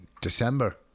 December